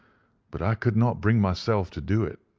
but i could not bring myself to do it.